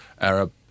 Arab